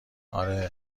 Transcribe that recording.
آره